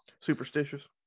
superstitious